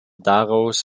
daraus